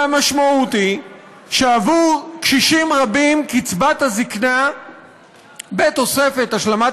והמשמעות היא שעבור קשישים רבים קצבת הזיקנה בתוספת השלמת